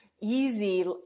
easy